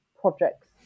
projects